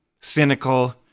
cynical